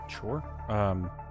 Sure